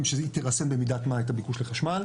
שהיא תרסן במידת מה את הביקוש לחשמל.